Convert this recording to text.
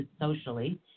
socially